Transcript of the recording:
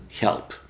help